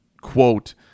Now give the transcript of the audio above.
quote